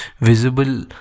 Visible